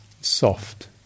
Soft